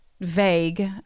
vague